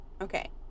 Okay